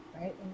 right